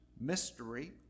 mystery